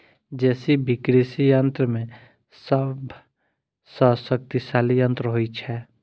JCB कृषि यंत्र मे सभ सॅ शक्तिशाली यंत्र होइत छै